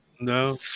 no